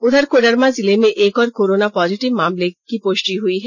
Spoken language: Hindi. उधर कोडरमा जिले में एक और कोरोना पोजेटिव मामले की पुष्टि हुई है